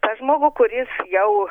tą žmogų kuris jau